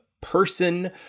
person